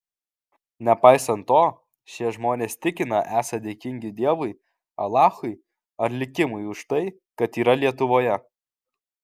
nepaisant to šie žmonės tikina esą dėkingi dievui alachui ar likimui už tai kad yra lietuvoje